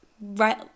right